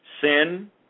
sin